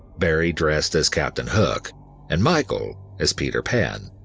barrie dressed as captain hook and michael as peter pan.